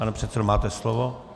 Pane předsedo, máte slovo.